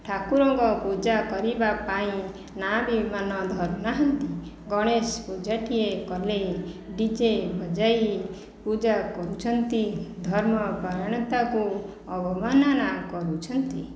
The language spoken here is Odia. ଠାକୁରଙ୍କ ପୂଜା କରିବା ପାଇଁ ନାଁ ବି ମାନ ଧରୁ ନାହାଁନ୍ତି ଗଣେଶ ପୂଜା ଟିଏ କଲେ ଡିଜେ ବଜାଇ ପୂଜା କରୁଛନ୍ତି ଧର୍ମ ପରାୟଣତାକୁ ଅବମାନନା କରୁଛନ୍ତି